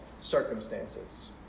circumstances